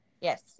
Yes